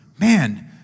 Man